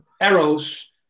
arrows